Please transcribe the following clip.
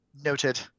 noted